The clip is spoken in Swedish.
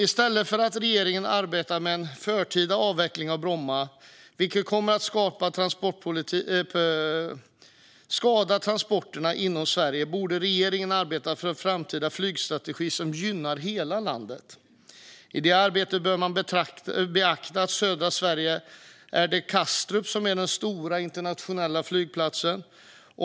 I stället för att regeringen arbetar med en förtida avveckling av Bromma, vilket kommer att skada transporterna inom Sverige, borde regeringen arbeta fram en flygstrategi som gynnar hela landet. I det arbetet bör man beakta att det i södra Sverige är Kastrup som är den stora internationella flygplatsen.